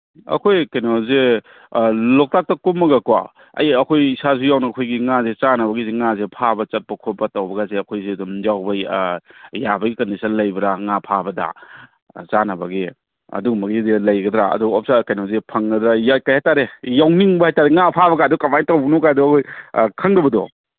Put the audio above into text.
ꯑꯩꯈꯣꯏ ꯀꯩꯅꯣꯁꯦ ꯂꯣꯛꯇꯥꯛꯇ ꯀꯨꯝꯃꯒꯀꯣ ꯑꯩ ꯑꯩꯈꯣꯏ ꯏꯁꯥꯁꯨ ꯌꯥꯎꯅ ꯑꯩꯈꯣꯏꯒꯤ ꯉꯥꯁꯦ ꯆꯥꯅꯕꯒꯤꯁꯦ ꯉꯥꯁꯦ ꯐꯥꯕ ꯆꯠꯄ ꯈꯣꯠꯄ ꯇꯧꯕꯀꯥꯁꯦ ꯑꯩꯈꯣꯏꯁꯦ ꯑꯗꯨꯝ ꯌꯥꯎꯕ ꯌꯥꯕꯒꯤ ꯀꯟꯗꯤꯁꯟ ꯂꯩꯕ꯭ꯔꯥ ꯉꯥ ꯐꯥꯕꯗ ꯆꯥꯅꯕꯒꯤ ꯑꯗꯨꯒꯨꯝꯕꯒꯤꯗꯤ ꯂꯩꯒꯗ꯭ꯔꯥ ꯑꯗꯣ ꯀꯩꯅꯣꯁꯦ ꯐꯪꯒꯗ꯭ꯔꯥ ꯀꯩ ꯍꯥꯏ ꯇꯥꯔꯦ ꯌꯥꯎꯅꯤꯡꯕ ꯍꯥꯏ ꯇꯥꯔꯦ ꯉꯥ ꯐꯥꯕꯀꯗꯣ ꯀꯃꯥꯏ ꯇꯧꯕꯅꯣ ꯀꯥꯏꯗꯣ ꯈꯪꯗꯕꯗꯣ